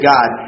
God